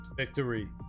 victory